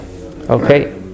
Okay